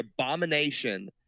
abomination –